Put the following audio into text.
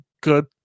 good